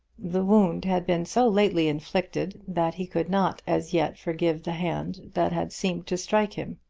the wound had been so lately inflicted that he could not as yet forgive the hand that had seemed to strike him.